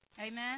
Amen